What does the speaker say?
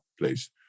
please